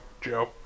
Joe